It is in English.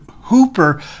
hooper